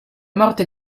morte